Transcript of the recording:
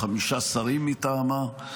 חמישה שרים מטעמה.